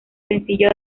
sencillo